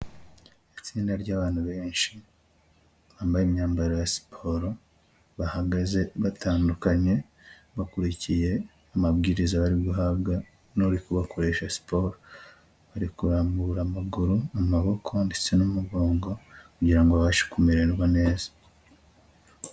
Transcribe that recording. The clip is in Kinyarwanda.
Itsinda ry'abantu benshi bambaye imyambaro ya siporo, bahagaze batandukanye bakurikiye amabwiriza bari guhabwa n'uri kubakoresha siporo, bari kurambura amaguru, amaboko ndetse n'umugongo kugira ngo babashe kumererwa neza.